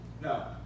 No